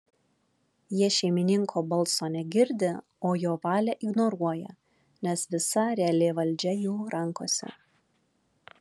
jie šeimininko balso negirdi o jo valią ignoruoja nes visa reali valdžia jų rankose